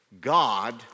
God